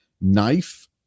Knife